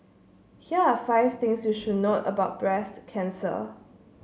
here are five things you should note about breast cancer